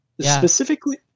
Specifically